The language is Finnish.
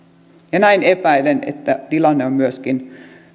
näin epäilen että tilanne on myöskin